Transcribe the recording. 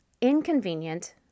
inconvenient